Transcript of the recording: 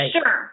Sure